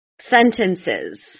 sentences